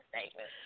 statement